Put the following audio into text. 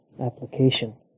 Application